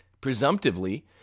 presumptively